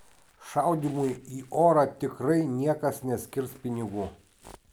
šaudymui į orą tikrai niekas neskirs pinigų